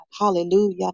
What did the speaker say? hallelujah